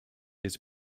his